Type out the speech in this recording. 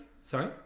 Sorry